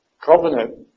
covenant